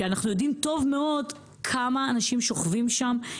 שאנחנו יודעים טוב מאוד כמה אנשים שוכבים שם,